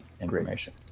information